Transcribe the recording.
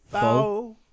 Four